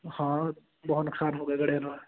ਹਾਂ ਬਹੁਤ ਨੁਕਸਾਨ ਹੋ ਗਿਆ ਗੜਿਆਂ ਨਾਲ